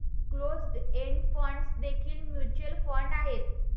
closed end funds देखील mutual fund आहेत